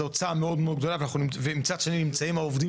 זו הוצאה מאוד גדולה ומצד שני נמצאים העובדים